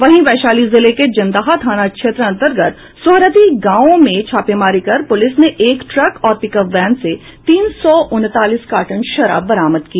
वहीं वैशाली जिले के जंदाहा थाना क्षेत्र अंतर्गत सोहरथी गांव में छापेमारी कर पूलिस ने एक ट्रक और पिकअप वैन से तीन सौ उनतालीस कार्टन शराब बरामद की